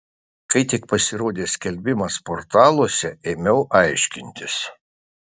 kai tik pasirodė skelbimas portaluose ėmiau aiškintis